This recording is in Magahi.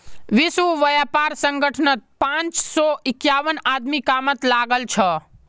विश्व व्यापार संगठनत पांच सौ इक्यावन आदमी कामत लागल छ